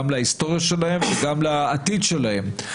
גם להיסטוריה שלהם וגם לעתיד שלהם.